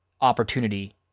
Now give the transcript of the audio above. opportunity